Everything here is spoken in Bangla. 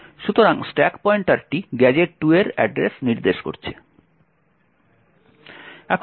সুতরাং স্ট্যাক পয়েন্টারটি গ্যাজেট 2 এর অ্যাড্রেস নির্দেশ করছে